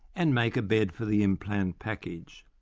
and make a bed for the implant package.